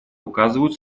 указывают